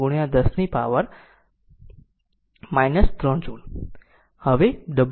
25 10 નો પાવર છે જૂલ તેથી 3 જૂલ